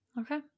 Okay